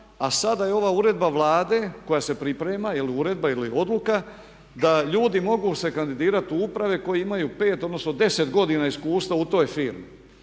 a sada je ova uredba Vlade koja se priprema, jel je uredba ili je odluka da ljudi mogu se kandidirati u uprave koji imaju 5 odnosno 10 godina iskustva u toj firmi.